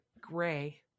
Gray